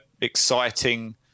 exciting